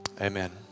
amen